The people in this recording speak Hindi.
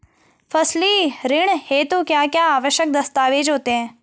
फसली ऋण हेतु क्या क्या आवश्यक दस्तावेज़ होते हैं?